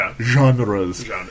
genres